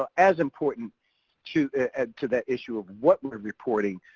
ah as important to to that issue of what we're reporting,